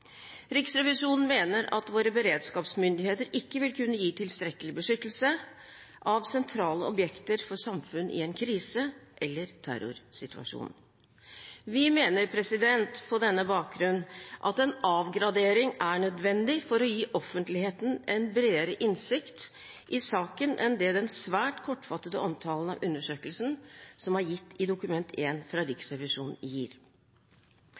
Riksrevisjonen mener at våre beredskapsmyndigheter ikke vil kunne gi tilstrekkelig beskyttelse av sentrale objekter for samfunnet i en krise- eller terrorsituasjon. Vi mener på denne bakgrunn at en avgradering er nødvendig for å gi offentligheten en bredere innsikt i saken enn det den svært kortfattede omtalen av undersøkelsen som er gitt i Dokument 1 fra Riksrevisjonen, gir.